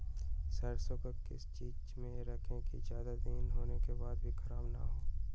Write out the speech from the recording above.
सरसो को किस चीज में रखे की ज्यादा दिन होने के बाद भी ख़राब ना हो?